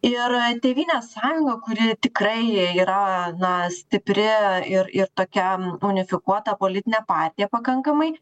ir tėvynės sąjunga kuri tikrai yra na stipri ir ir tokia unifikuota politinė partija pakankamai